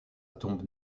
tombe